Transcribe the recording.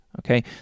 okay